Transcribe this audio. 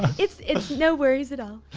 it's it's no worries at all,